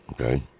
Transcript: okay